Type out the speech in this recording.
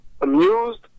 amused